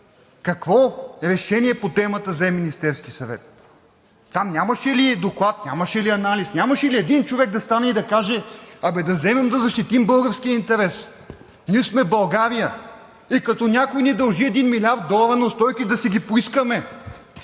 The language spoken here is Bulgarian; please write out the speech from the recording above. какво решение по темата взе Министерският съвет. Там нямаше ли доклад, нямаше ли анализ, нямаше ли един човек да стане и да каже: абе да вземем да защитим българския интерес?! Ние сме в България и когато някой ни дължи един милиард долара неустойки, да си ги поискаме.